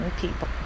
people